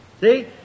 See